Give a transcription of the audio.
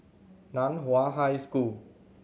Nan Hua High School